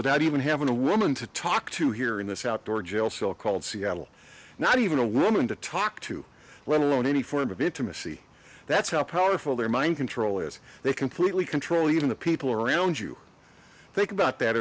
without even having a woman to talk to here in this outdoor jail cell called seattle not even a woman to talk to let alone any form of intimacy that's how powerful their mind control is they completely control even the people around you think about that